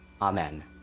Amen